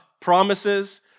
promises